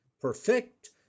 perfect